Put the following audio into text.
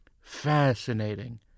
fascinating